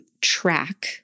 track